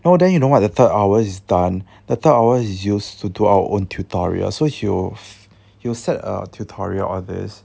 no then you know what the third hours is done the third hours is used to do our own tutorial so he will he will set a tutorial all these